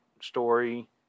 story